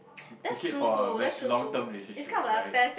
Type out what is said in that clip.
to keep for a mad long term relationship right